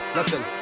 Listen